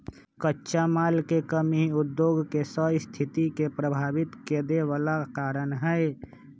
कच्चा माल के कमी उद्योग के सस्थिति के प्रभावित कदेवे बला कारण हई